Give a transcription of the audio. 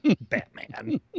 Batman